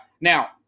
Now